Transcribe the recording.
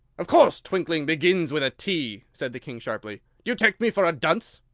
of course twinkling begins with a t! said the king sharply. do you take me for a dunce?